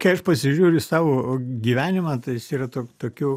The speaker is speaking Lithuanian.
kai aš pasižiūriu į savo gyvenimą tai jis yra to tokių